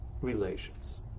relations